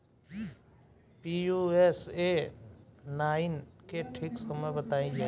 Pusa nine के ठीक समय बताई जाई?